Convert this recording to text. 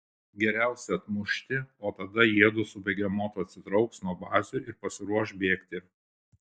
geriausia atmušti o tada jiedu su begemotu atsitrauks nuo bazių ir pasiruoš bėgti